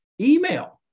email